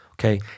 Okay